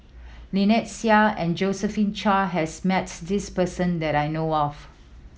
Lynnette Seah and Josephine Chia has met this person that I know of